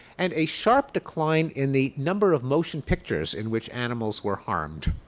and a sharp decline in the number of motion pictures in which animals were harmed.